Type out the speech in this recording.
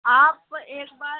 आप एक बार